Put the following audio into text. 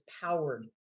powered